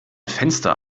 fenster